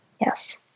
Yes